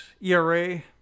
ERA